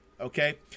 okay